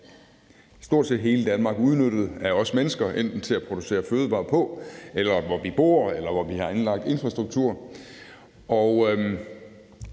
stort set hele Danmark udnyttet af os mennesker enten til at producere fødevarer på eller som steder, hvor vi bor, eller hvor vi har anlagt infrastruktur.